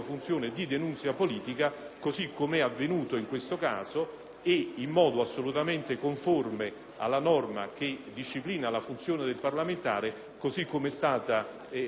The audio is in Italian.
e in modo assolutamente conforme alla norma che disciplina la funzione del parlamentare, così come è stato ricordato anche nel dibattito che ha preceduto le votazioni.